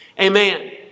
Amen